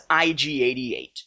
IG-88